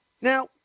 Now